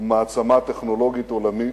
ומעצמה טכנולוגית עולמית,